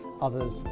others